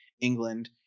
England